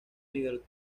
miguel